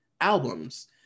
albums